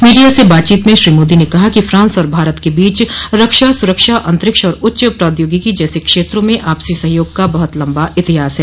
media से बातचीत में श्री मोदी ने कहा कि फ्रांस और भारत के बीच रक्षा सुरक्षा अंतरिक्ष और उच्च प्रौद्योगिकी जैसे क्षेत्रों में आपसी सहयोग का बहत लम्बा इतिहास है